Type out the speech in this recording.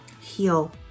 HEAL